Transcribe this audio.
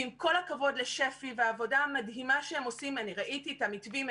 ועם כל הכבוד לשפ"י והעבודה המדהימה שהם עושים אני ראיתי את המתווים,